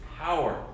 power